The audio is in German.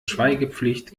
schweigepflicht